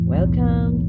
Welcome